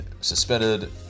suspended